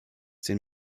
den